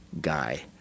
guy